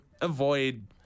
avoid